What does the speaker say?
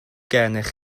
gennych